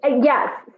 Yes